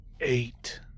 Eight